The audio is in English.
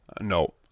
No